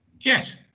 Yes